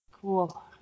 Cool